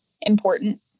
important